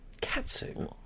Katsu